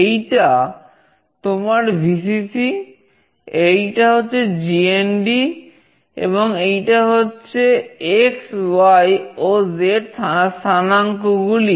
এইটা তোমার Vcc এইটা হচ্ছে GND এবং এই হচ্ছে XY ও Z স্থানাঙ্কগুলি